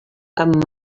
amb